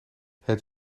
het